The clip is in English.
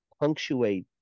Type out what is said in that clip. punctuate